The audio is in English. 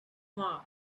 mars